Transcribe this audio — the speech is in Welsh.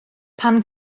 pan